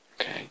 okay